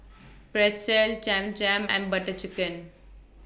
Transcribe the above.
Pretzel Cham Cham and Butter Chicken